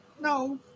No